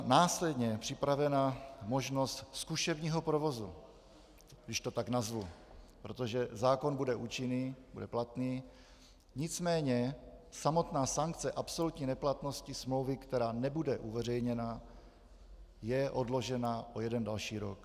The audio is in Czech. Následně tady byla připravena možnost zkušebního provozu, když to tak nazvu, protože zákon bude účinný, bude platný, nicméně samotná sankce absolutní neplatnosti smlouvy, která nebude uveřejněna, je odložena o jeden další rok.